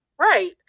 Right